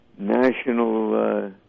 national